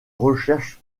recherche